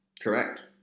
correct